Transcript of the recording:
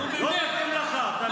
לא מתאים לך.